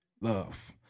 love